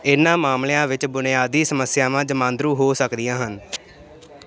ਇਹਨਾਂ ਮਾਮਲਿਆਂ ਵਿੱਚ ਬੁਨਿਆਦੀ ਸਮੱਸਿਆਵਾਂ ਜਮਾਂਦਰੂ ਹੋ ਸਕਦੀਆਂ ਹਨ